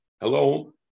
Hello